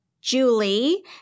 Julie